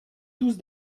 tous